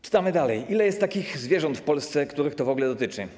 Czytamy dalej: Ile jest takich zwierząt w Polsce, których to w ogóle dotyczy?